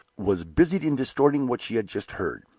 was busied in distorting what she had just heard.